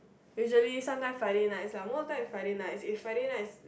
usually sometimes Friday nights lah most of the time is Friday night if Friday nights